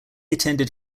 attended